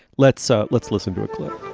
let's so let's listen to a clip.